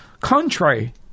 contrary